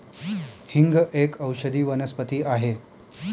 हिंग एक औषधी वनस्पती आहे